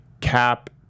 Cap